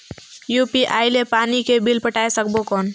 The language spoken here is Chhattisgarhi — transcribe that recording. यू.पी.आई ले पानी के बिल पटाय सकबो कौन?